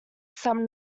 some